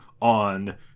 on